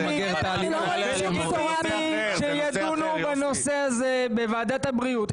לגיטימי שידונו בנושא הזה בוועדת הבריאות.